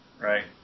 right